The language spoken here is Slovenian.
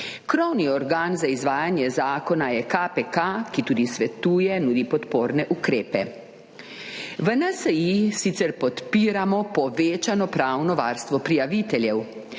Krovni organ za izvajanje zakona je KPK, ki tudi svetuje, nudi podporne ukrepe. V NSi sicer podpiramo povečano pravno varstvo prijaviteljev,